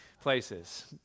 places